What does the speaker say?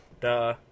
Duh